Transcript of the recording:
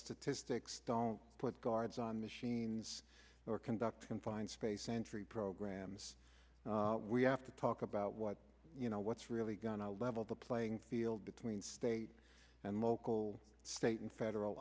statistics don't put guards on machines or conduct confined space entry programs we have to talk about what you know what's really going to level the playing field between state and local state and federal